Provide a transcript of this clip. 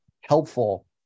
helpful